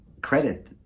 credit